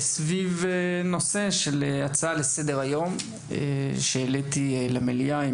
בנושא של הצעה לסדר היום שהעליתי למליאה עם